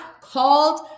called